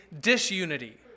disunity